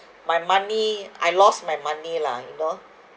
my money I lost my money lah you know